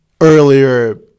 earlier